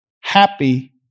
happy